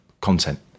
content